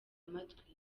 amatwi